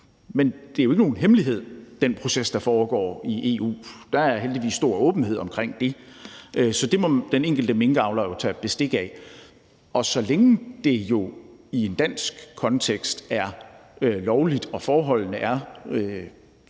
i EU, er jo ikke nogen hemmelighed – der er heldigvis stor åbenhed omkring det – så det må den enkelte minkavler jo tage bestik af. Og så længe det jo i en dansk kontekst er lovligt og forholdene er, som der